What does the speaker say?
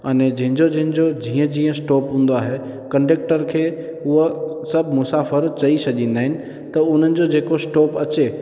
अने जंहिंजो जंहिंजो जीअं जीअं स्टॉप हूंदो आहे कंडक्टर खे उहो सभु मुसाफ़िरु चई छॾींदा आहिनि त उन्हनि जो जेको स्टॉप अचे